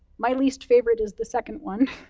my least favorite is the second one.